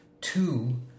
Two